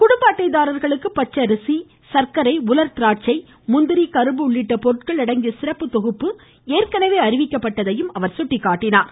குடும்ப அட்டைதாரர்களுக்கு பச்சரிசி சர்க்கரை உலர் திராட்சி முந்திரி கரும்பு உள்ளிட்ட பொருட்கள் அடங்கிய சிறப்பு தொகுப்பு ஏற்கனவே அறிவிக்கப் பட்டதையும் அவர் சுட்டிக்காட்டினார்